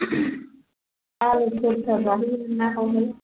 आलु परता जाहोयोना मायो